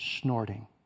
snorting